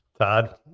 Todd